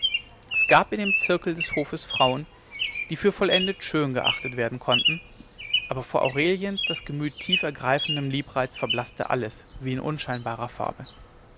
es gab in dem zirkel des hofes frauen die für vollendet schön geachtet werden konnten aber vor aureliens das gemüt tief ergreifendem liebreiz verblaßte alles wie in unscheinbarer farbe